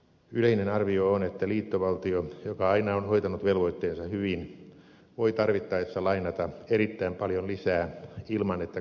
yleinen arvio on että liittovaltio joka aina on hoitanut velvoitteensa hyvin voi tarvittaessa lainata erittäin paljon lisää ilman että korkotaso nousee